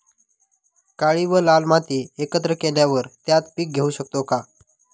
काळी व लाल माती एकत्र केल्यावर त्यात पीक घेऊ शकतो का?